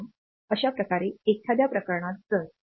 अशा प्रकारे एखाद्या प्रकरणात जर 11